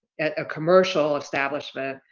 at commercial establishments,